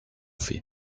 fait